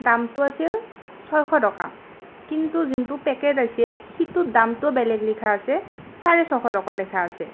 দামটো আছিল ছয়শ টকা কিন্তু যোনটো পেকেট আছে সেইটোত দামটো বেলেগ লিখা আছে চাৰে ছশ টকা লেখা আছে